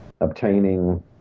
obtaining